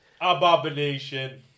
abomination